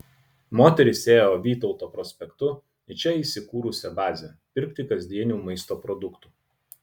moteris ėjo vytauto prospektu į čia įsikūrusią bazę pirkti kasdienių maisto produktų